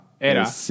era